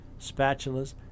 spatulas